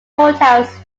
courthouse